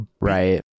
Right